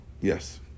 Yes